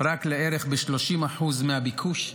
רק ל-30% מהביקוש בערך.